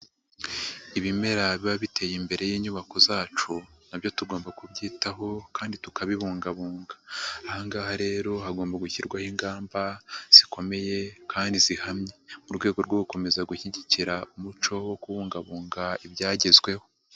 Ibimera biba biteye imbere y'inyubako zacu na byo tugomba kubyitaho kandi tukabibungabunga, aha ngaha rero hagomba gushyirwaho ingamba zikomeye kandi zihamye mu rwego rwo gukomeza gushyigikira umuco wo kubungabunga ibyagezweho.